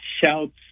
shouts